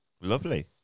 lovely